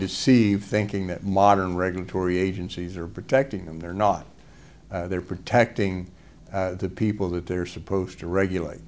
deceived thinking that modern regulatory agencies are protecting them they're not they're protecting the people that they're supposed to regulate